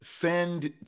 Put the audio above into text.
send